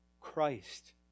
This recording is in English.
Christ